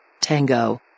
Tango